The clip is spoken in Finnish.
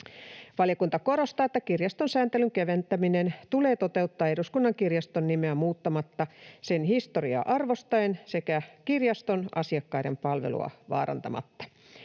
Valiokunta korostaa, että kirjaston sääntelyn keventäminen tulee toteuttaa eduskunnan kirjaston nimeä muuttamatta, sen historiaa arvostaen sekä kirjaston asiakkaiden palvelua vaarantamatta.